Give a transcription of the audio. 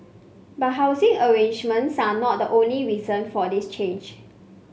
but housing arrangements are not the only reason for this change